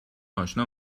آشنا